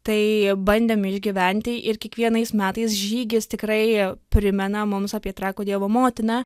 tai bandėm išgyventi ir kiekvienais metais žygis tikrai primena mums apie trakų dievo motiną